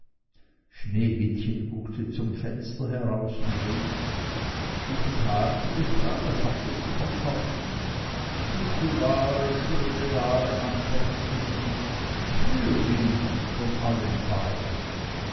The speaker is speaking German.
sneewittchen guckte zum fenster heraus und rief guten tag liebe frau was habt ihr zu verkaufen gute ware schöne ware antwortete sie schnürriemen von allen farben